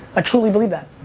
ah truly believe that.